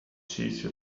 cheese